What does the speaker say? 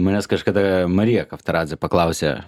manęs kažkada marija kavtaradze paklausė